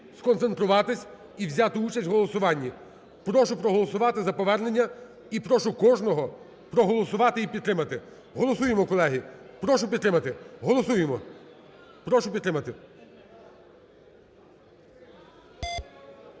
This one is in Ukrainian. сконцентруватись і взяти участь в голосуванні. Прошу проголосувати за повернення. І прошу кожного проголосувати і підтримати. Голосуємо, колеги. Прошу підтримати. Голосуємо. Прошу підтримати.